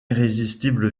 irrésistible